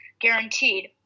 guaranteed